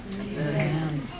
Amen